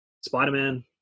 Spider-Man